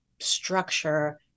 structure